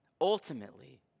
Ultimately